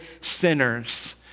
sinners